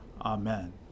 Amen